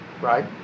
right